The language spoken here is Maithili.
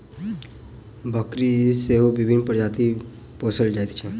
बकरी सेहो विभिन्न प्रजातिक पोसल जाइत छै